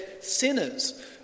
sinners